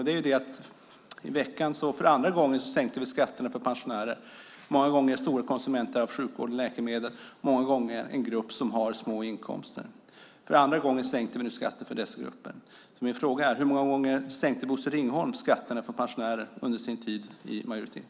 I veckan sänkte vi för andra gången skatterna för pensionärer, en grupp som många gånger är stora konsumenter av sjukvård och läkemedel och många gånger har små inkomster. För andra gången sänkte vi nu skatten för denna grupp. Min fråga är: Hur många gånger sänkte Bosse Ringholm skatterna för pensionärer under sin tid i majoritet?